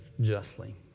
justly